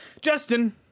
Justin